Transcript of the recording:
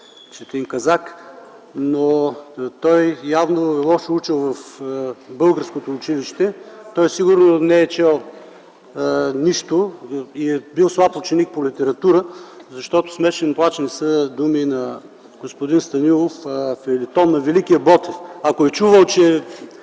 Четин Казак! Явно лошо е учил в българското училище, сигурно не е чел нищо и е бил слаб ученик по литература, защото „смешен плач” не са думи на господин Станилов, а е фейлетон на великия Ботев. Ако сте чувал, че